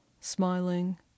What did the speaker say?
smiling